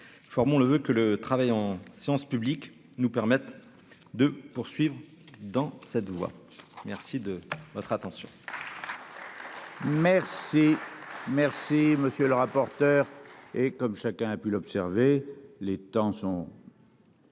formons le voeu que le travail en séance publique nous permettent de poursuivre dans cette voie, merci de votre attention.